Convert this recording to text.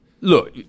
Look